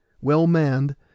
well-manned